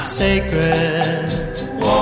sacred